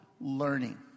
learning